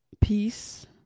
Peace